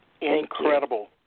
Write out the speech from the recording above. Incredible